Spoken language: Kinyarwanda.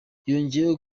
yongeyeho